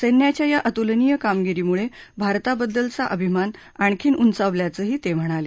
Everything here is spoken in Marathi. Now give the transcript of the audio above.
सैन्याच्या या अतुलनीय कामगिरीमुळे भारताबदद्लचा अभिमान आणखी उंचावल्याचंही ते म्हणाले